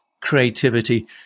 creativity